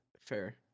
fair